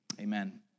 Amen